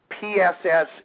PSS